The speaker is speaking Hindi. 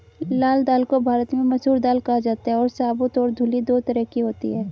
लाल दाल को भारत में मसूर दाल कहा जाता है और साबूत और धुली दो तरह की होती है